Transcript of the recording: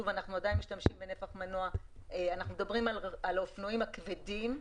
אנחנו מדברים על האופנועים הכבדים.